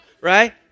Right